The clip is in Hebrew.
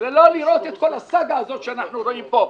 ולא לראות את כל הסאגה הזאת שאנחנו רואים פה,